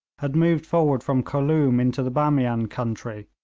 had moved forward from khooloom into the bamian country,